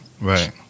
Right